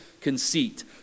conceit